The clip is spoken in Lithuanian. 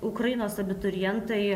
ukrainos abiturientai